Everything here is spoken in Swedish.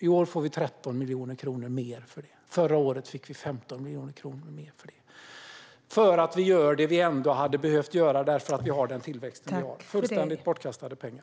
I år får vi 13 miljoner kronor mer för det. Förra året fick vi 15 miljoner mer för det, för att vi gör det vi ändå hade behövt göra eftersom vi har den tillväxten. Det är fullständigt bortkastade pengar.